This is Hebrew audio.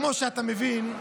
כמו שאתה מבין,